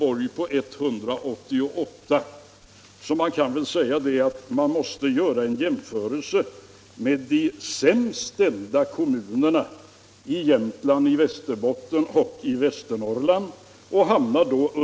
och en skattekraft i Göteborg som ligger på 188 kr., så man kan väl göra en jämförelse mellan dem och de sämsta kommunerna i Jämtland och Västerbotten samt i Västernorrland.